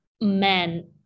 Men